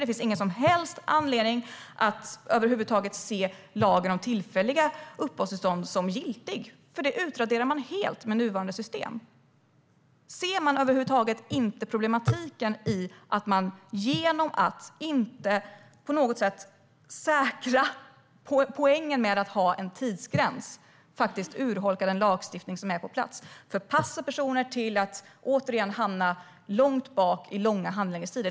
Det finns ingen som helst anledning att se lagen om tillfälliga uppehållstillstånd som giltig, för det utraderar man helt med nuvarande system. Ser man inte problematiken i att man genom att inte säkra poängen med att ha en tidsgräns urholkar den lagstiftning som är på plats? Man förpassar personer till att åter hamna långt bak med långa handläggningstider.